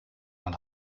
mal